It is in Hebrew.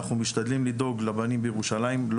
אנחנו משתדלים לדאוג לבנים בירושלים אבל